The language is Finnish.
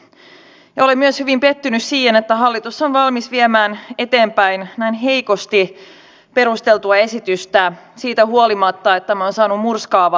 ja olen myös hyvin pettynyt siihen että hallitus on valmis viemään eteenpäin näin heikosti perusteltua esitystä siitä huolimatta että tämä on saanut murskaavaa kritiikkiä kaikilta asiantuntijoita